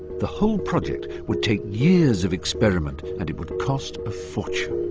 the whole project would take years of experiment and it would cost a fortune.